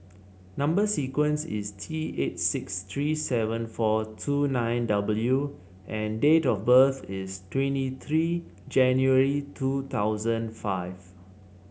number sequence is T eight six three seven four two nine W and date of birth is twenty three January two thousand five